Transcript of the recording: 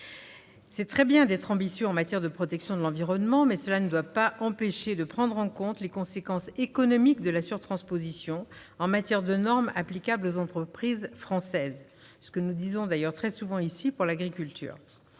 C'est très bien d'être ambitieux en matière de protection de l'environnement, mais cela ne doit pas empêcher de prendre en compte les conséquences économiques de la surtransposition en matière de normes applicables aux entreprises françaises. C'est d'ailleurs ce que nous disons très souvent aussi pour l'agriculture.